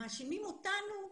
מאשימים אותנו?